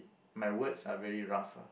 my words are very rough ah